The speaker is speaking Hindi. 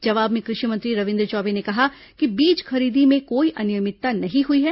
जवाब में कृषि मंत्री रविन्द्र चौबे ने कहा कि बीज खरीदी में कोई अनियमितता नहीं हुई है